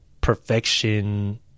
perfection